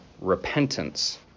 repentance